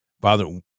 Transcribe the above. Father